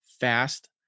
fast